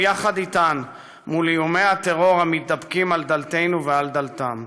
יחד איתן מול איומי הטרור המתדפקים על דלתנו ועל דלתם,